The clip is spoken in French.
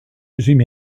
jimi